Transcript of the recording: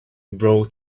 brought